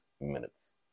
minutes